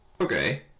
okay